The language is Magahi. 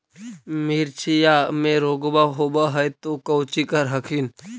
मिर्चया मे रोग्बा होब है तो कौची कर हखिन?